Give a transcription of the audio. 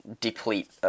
deplete